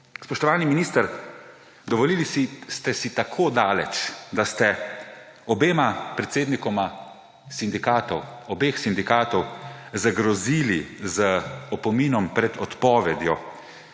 Spoštovani minister, dovolili ste si tako daleč, da ste obema predsednikoma sindikatov zagrozili z opominom pred odpovedjo,